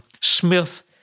Smith